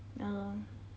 oh